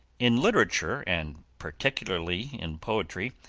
in literature, and particularly in poetry,